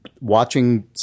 watching